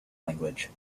language